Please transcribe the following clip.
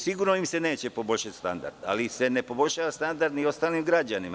Sigurno im se neće poboljšati standard, ali se ne poboljšava standard ni ostalim građanima.